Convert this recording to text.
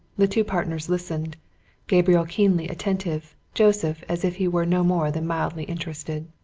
the two partners listened gabriel keenly attentive joseph as if he were no more than mildly interested.